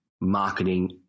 marketing